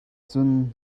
cun